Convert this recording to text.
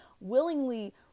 willingly